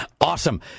Awesome